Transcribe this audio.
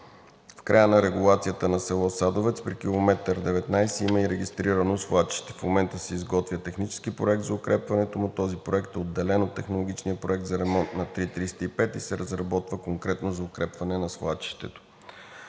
В края на регулацията на село Садовец при км 19 има и регистрирано свлачище. В момента се изготвя технически проект за укрепването му. Този проект е отделен от технологичния проект за ремонт на III 305 и се разработва конкретно за укрепване на свлачището.